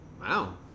Wow